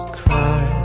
cry